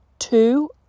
Two